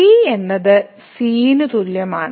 t എന്നത് c ന് തുല്യമാണ്